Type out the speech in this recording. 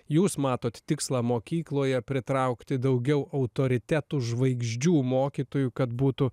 jūs matot tikslą mokykloje pritraukti daugiau autoritetų žvaigždžių mokytojų kad būtų